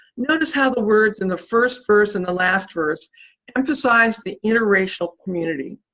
notice how the words in the first verse and the last verse emphasize the interracial community,